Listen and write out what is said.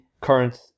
current